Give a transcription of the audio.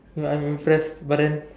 ya I'm impressed but then